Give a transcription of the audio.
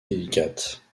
délicate